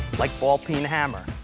like ball peen hammer.